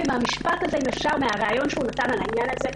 במשפט מן הראיון שהוא נתן על העניין הזה,